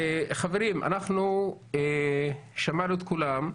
חברים, אנחנו שמענו את כולם.